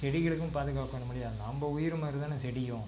செடிகளுக்கும் பாதுகாக்கணும் இல்லையா நம்ம உயிர் மாதிரி தான் செடியும்